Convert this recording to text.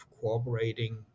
cooperating